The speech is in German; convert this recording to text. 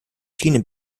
schiene